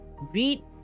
Read